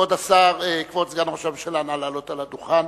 כבוד סגן ראש הממשלה, נא לעלות לדוכן.